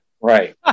Right